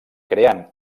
creant